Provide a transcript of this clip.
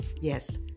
Yes